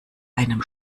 einem